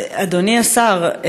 אדוני השר,